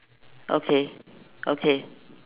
okay okay